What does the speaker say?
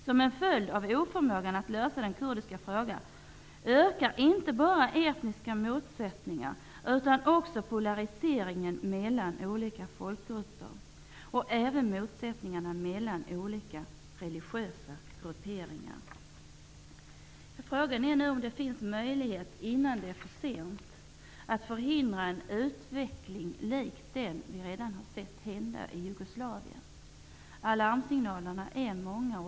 Som en följd av oförmågan att lösa den kurdiska frågan ökar inte bara etniska motsättningar utan också polariseringen mellan olika folkgrupper -- även motsättningarna mellan olika religiösa grupperingar. Frågan är om det finns möjlighet, innan det är för sent, att förhindra en utveckling likt den vi redan har sett hända i Jugoslavien. Alarmsignalerna är många.